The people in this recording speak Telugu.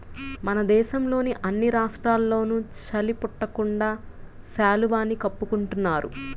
మన దేశంలోని అన్ని రాష్ట్రాల్లోనూ చలి పుట్టకుండా శాలువాని కప్పుకుంటున్నారు